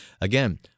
Again